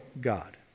God